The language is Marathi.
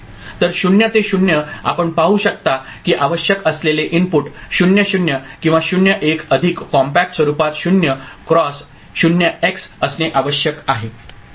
तर 0 ते 0 आपण पाहू शकता की आवश्यक असलेले इनपुट 0 0 किंवा 0 1 अधिक कॉम्पॅक्ट स्वरूपात 0 क्रॉस 0 एक्स असणे आवश्यक आहे